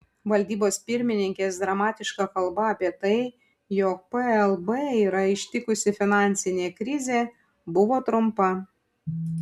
valdybos pirmininkės dramatiška kalba apie tai jog plb yra ištikusi finansinė krizė buvo trumpa